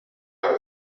near